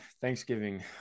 Thanksgiving